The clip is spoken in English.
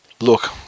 Look